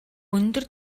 өндөр